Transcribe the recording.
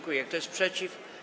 Kto jest przeciw?